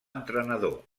entrenador